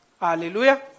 Hallelujah